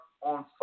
on